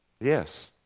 yes